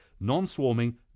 non-swarming